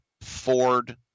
Ford